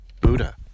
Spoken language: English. Buddha